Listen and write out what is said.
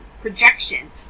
projection